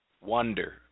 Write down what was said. wonder